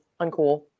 uncool